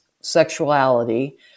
sexuality